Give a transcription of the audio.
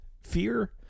Fear